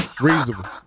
Reasonable